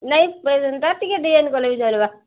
ନାଇଁ ବୋଇଲେ ହେନ୍ତା ଟିକେ ଡେରି କଲେ ବି ଚଳିବା